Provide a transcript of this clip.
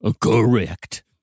Correct